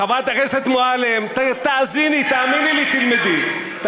חברת הכנסת מועלם, תאזיני, תאמיני לי, תלמדי.